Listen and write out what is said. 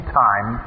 time